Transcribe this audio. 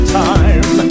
time